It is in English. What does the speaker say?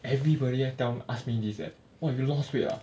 everybody tell ask me this leh !wah! you lost weight ah